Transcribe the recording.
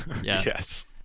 Yes